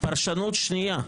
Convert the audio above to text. פרשנות שנייה,